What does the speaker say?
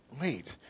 Wait